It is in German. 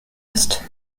ist